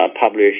publish